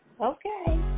Okay